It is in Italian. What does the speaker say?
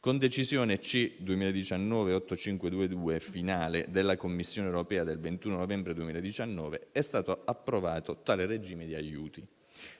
Con decisione C(2019)8522 finale della Commissione europea del 21 novembre 2019 è stato approvato tale regime di aiuti.